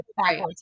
right